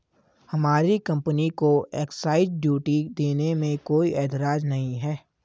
हमारी कंपनी को excise duty देने में कोई एतराज नहीं है